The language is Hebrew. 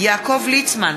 יעקב ליצמן,